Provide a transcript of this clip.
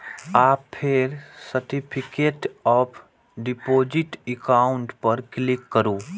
आ फेर certificate of deposit account पर क्लिक करू